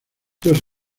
dos